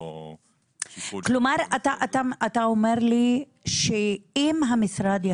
כלומר אתה אומר לי שאם משרד הרווחה